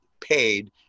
paid